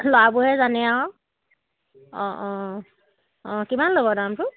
ল'ৰাবোৰেহে জানে আৰু অঁ অঁ অঁ কিমান ল'ব দামটো